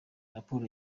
raporo